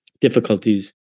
difficulties